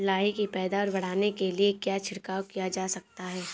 लाही की पैदावार बढ़ाने के लिए क्या छिड़काव किया जा सकता है?